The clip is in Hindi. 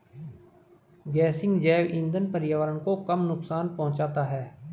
गेसिंग जैव इंधन पर्यावरण को कम नुकसान पहुंचाता है